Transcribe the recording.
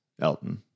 Elton